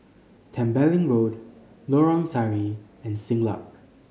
Tembeling Road Lorong Sari and Siglap